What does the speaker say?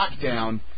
lockdown